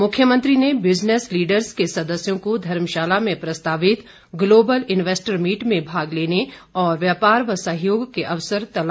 मुख्यमंत्री ने business leaders के सदस्यों को धर्मशाला में प्रस्तावित ग्लोबल इन्यैस्टर मीट में भाग लेने और व्यापार व सहयोग के अवसर तलाश करने का निमंत्रण दिया